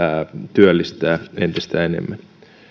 työllistää entistä enemmän